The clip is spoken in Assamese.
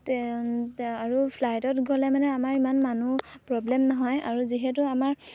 আৰু ফ্লাইটত গ'লে মানে আমাৰ ইমান মানুহ প্ৰব্লেম নহয় আৰু যিহেতু আমাৰ